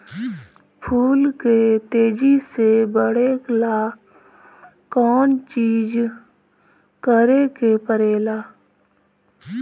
फूल के तेजी से बढ़े ला कौन चिज करे के परेला?